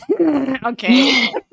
okay